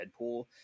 deadpool